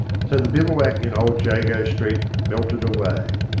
so the bivouac in old jago street melted away.